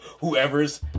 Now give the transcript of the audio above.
whoever's